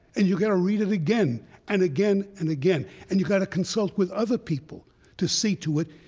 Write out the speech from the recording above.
and you've got to read it again and again and again. and you've got to consult with other people to see to it.